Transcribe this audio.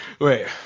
Wait